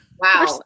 Wow